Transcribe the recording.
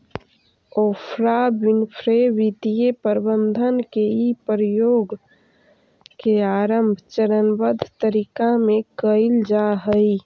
Oprah Winfrey वित्तीय प्रबंधन के इ प्रयोग के आरंभ चरणबद्ध तरीका में कैइल जा हई